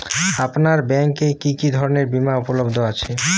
আপনার ব্যাঙ্ক এ কি কি ধরনের বিমা উপলব্ধ আছে?